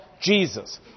Jesus